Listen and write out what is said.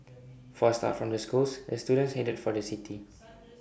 forced out from the schools the students headed for the city